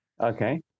Okay